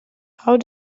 how